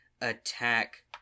attack